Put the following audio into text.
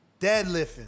Deadlifting